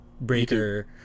Breaker